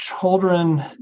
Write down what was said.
children